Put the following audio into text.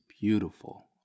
beautiful